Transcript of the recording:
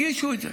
תגישו את זה.